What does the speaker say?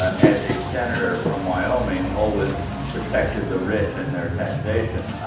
as a senator from wyoming always protected the rich in their taxation